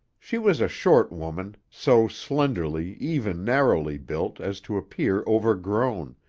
she was a short woman, so slenderly, even narrowly built, as to appear overgrown,